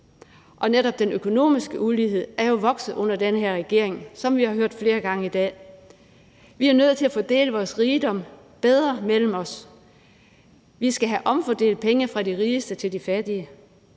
Og netop den økonomiske ulighed er jo vokset under den her regering, som vi har hørt flere gange i dag. Vi er nødt til at fordele vores rigdom bedre mellem os. Vi skal have omfordelt penge fra de rigeste til de fattigste.